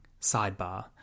sidebar